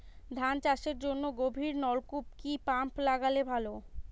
ধান চাষের জন্য গভিরনলকুপ কি পাম্প লাগালে ভালো?